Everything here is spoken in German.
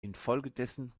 infolgedessen